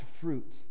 fruit